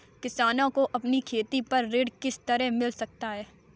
किसानों को अपनी खेती पर ऋण किस तरह मिल सकता है?